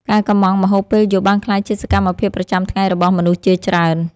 ការកុម្ម៉ង់ម្ហូបពេលយប់ បានក្លាយជាសកម្មភាពប្រចាំថ្ងៃរបស់មនុស្សជាច្រើន។